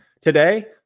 Today